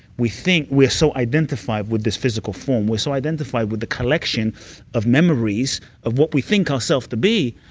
we think we're so identified with this physical form. we're so identified with the collection of memories of what we think ourself to be,